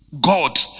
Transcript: God